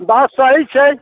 बात सही छै